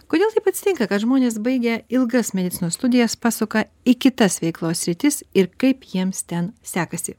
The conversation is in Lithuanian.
kodėl taip atsitinka kad žmonės baigę ilgas medicinos studijas pasuka į kitas veiklos sritis ir kaip jiems ten sekasi